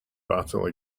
battle